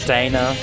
Dana